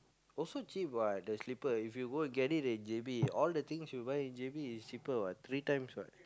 also cheap what the slipper if you go get it in J_B all the things you buy in J_B is cheaper what three times what